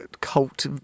cult